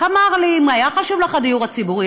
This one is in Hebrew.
ואמר לי: אם היה חשוב לך הדיור הציבורי,